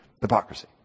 hypocrisy